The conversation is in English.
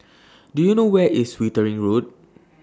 Do YOU know Where IS Wittering Road